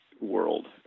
world